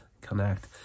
connect